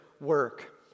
work